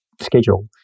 schedule